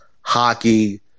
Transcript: hockey